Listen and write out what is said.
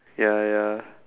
ya ya